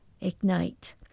ignite